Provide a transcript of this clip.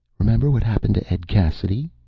remember what happened to ed cassidy?